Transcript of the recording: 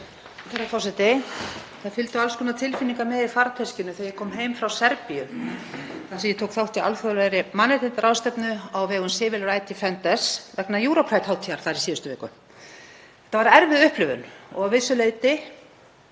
Það fylgdu alls konar tilfinningar með í farteskinu þegar ég kom heim frá Serbíu þar sem ég tók þátt í alþjóðlegri mannréttindaráðstefnu á vegum Civil Rights Defenders vegna EuroPride-hátíðar þar í síðustu viku. Þetta var erfið upplifun og að vissu leyti